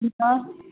हुन्छ